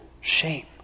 shame